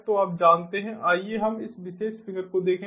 तो आप जानते हैं आइए हम इस विशेष फिगर को देखें